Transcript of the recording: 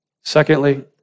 Secondly